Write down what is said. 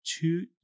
two